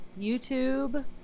YouTube